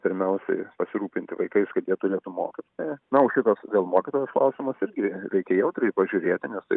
pirmiausiai pasirūpinti vaikais kad jie turėtų mokytoją na o šitas dėl mokytojos klausimas irgi reikia jautriai pažiūrėti nes tai